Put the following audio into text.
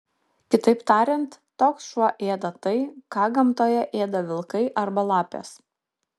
kitaip tariant toks šuo ėda tai ką gamtoje ėda vilkai arba lapės